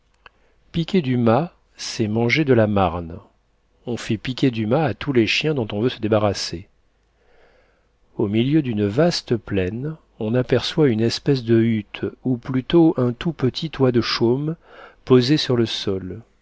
du mas c'est manger de la marne on fait piquer du mas à tous les chiens dont on veut se débarrasser au milieu d'une vaste plaine on aperçoit une espèce de hutte ou plutôt un tout petit toit de chaume posé sur le sol